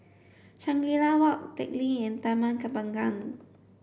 Shangri La Walk Teck Lee and Taman Kembangan